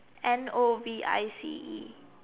N O V I C E